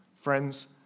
Friends